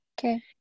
Okay